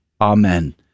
Amen